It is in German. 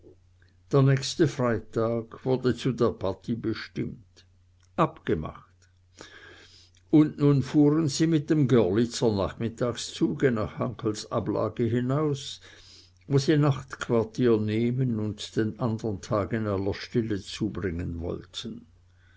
der nächste freitag wurde zu der partie bestimmt abgemacht und nun fuhren sie mit dem görlitzer nachmittagszuge nach hankels ablage hinaus wo sie nachtquartier nehmen und den andern tag in aller stille zubringen wollten